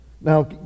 Now